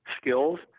skills